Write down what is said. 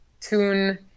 tune